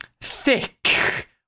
thick